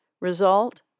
Result